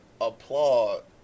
applaud